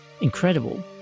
Incredible